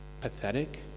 pathetic